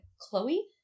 Chloe